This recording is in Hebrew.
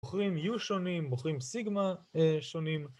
בוחרים יו שונים, בוחרים סיגמא שונים